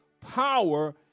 power